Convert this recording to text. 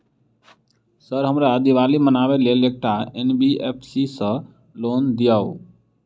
Sir हमरा दिवाली मनावे लेल एकटा एन.बी.एफ.सी सऽ लोन दिअउ?